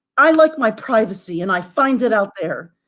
i like my privacy, and i find it out there,